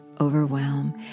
overwhelm